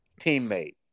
teammate